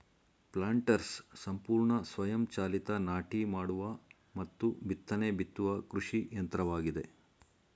planters ಸಂಪೂರ್ಣ ಸ್ವಯಂ ಚಾಲಿತ ನಾಟಿ ಮಾಡುವ ಮತ್ತು ಬಿತ್ತನೆ ಬಿತ್ತುವ ಕೃಷಿ ಯಂತ್ರವಾಗಿದೆ